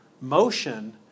motion